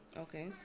Okay